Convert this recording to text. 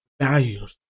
values